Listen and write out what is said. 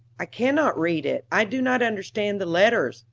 i cannot read it i do not understand the letters,